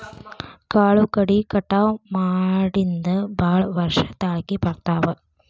ಕಾಳು ಕಡಿ ಕಟಾವ ಮಾಡಿಂದ ಭಾಳ ವರ್ಷ ತಾಳಕಿ ಬರ್ತಾವ